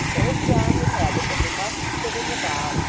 old john would have it that they must sit in the bar,